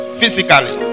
physically